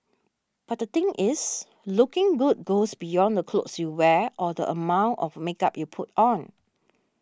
but the thing is looking good goes beyond the clothes you wear or the amount of makeup you put on